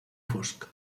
fosc